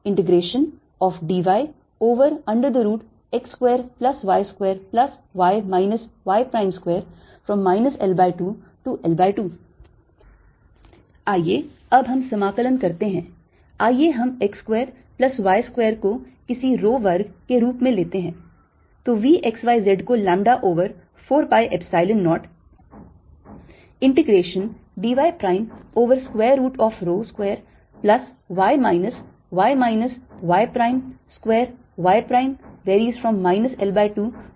तो V x y z को lambda over 4 pi Epsilon 0 integration d y prime over square root of rho square plus y minus y minus y prime square y prime varies from minus L by 2 to L by 2 के रूप में दिया गया है